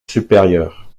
supérieur